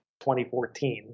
2014